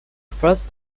first